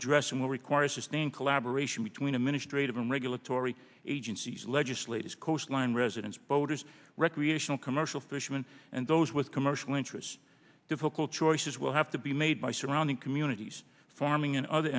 address and will require sustained collaboration between administrative and regulatory agencies legislators coastline residents boaters recreational commercial fishermen and those with commercial interests difficult choices will have to be made by surrounding communities farming and other